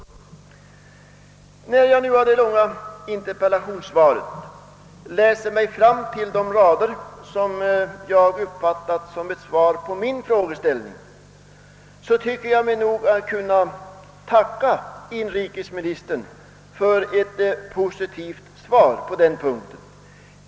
När jag i det långa interpellationssvaret läst mig fram till de rader, som jag uppfattat som ett svar på denna min fråga, tycker jag mig kunna tacka inrikesministern för ett positivt svar.